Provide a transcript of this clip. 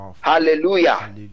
hallelujah